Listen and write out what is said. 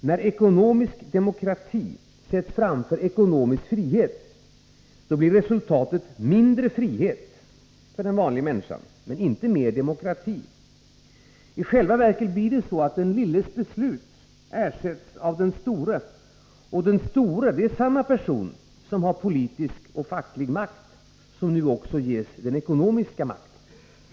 När ”ekonomisk demokrati” sätts framför ekonomisk frihet, blir resultatet mindre frihet för den vanliga människan, inte mer demokrati. I själva verket ersätts den lilles beslut av den stores. Den store är samma person som har politisk och facklig makt och som också ges den ekonomiska makten.